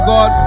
God